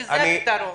כי זה פתרון.